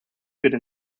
could